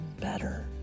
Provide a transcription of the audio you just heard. better